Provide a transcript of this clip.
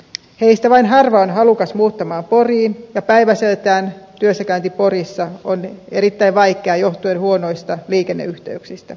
heistä vain harva on halukas muuttamaan poriin ja päiväseltään työssäkäynti porissa on erittäin vaikeaa johtuen huonoista liikenneyhteyksistä